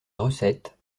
recette